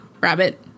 rabbit